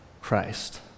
Christ